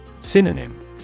Synonym